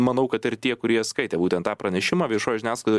manau kad ir tie kurie skaitė būtent tą pranešimą viešoj žiniasklaidoj